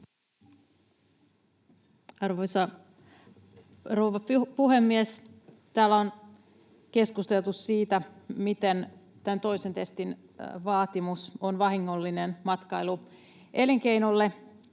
Arvoisa rouva puhemies! Täällä on keskusteltu siitä, miten tämän toisen testin vaatimus on vahingollinen matkailuelinkeinolle,